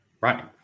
Right